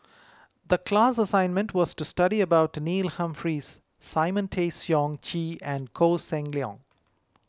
the class assignment was to study about Neil Humphreys Simon Tay Seong Chee and Koh Seng Leong